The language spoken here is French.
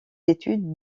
études